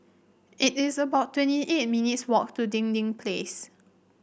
it is about twenty eight minutes walk to Dinding Place